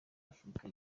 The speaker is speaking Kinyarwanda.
afurika